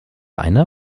einer